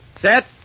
set